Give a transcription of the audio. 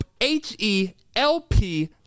H-E-L-P